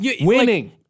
Winning